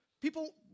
people